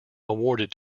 awarded